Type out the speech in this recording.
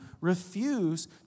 refuse